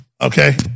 Okay